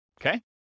okay